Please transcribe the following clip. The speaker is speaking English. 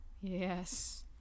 yes